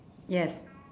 yes